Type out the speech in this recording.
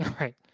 Right